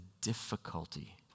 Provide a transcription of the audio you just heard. difficulty